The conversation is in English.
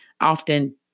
often